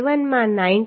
7 માં 93